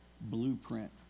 blueprint